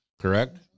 correct